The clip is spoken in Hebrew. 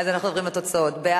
אולי תתפקד לליכוד, שלמה?